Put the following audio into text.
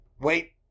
Wait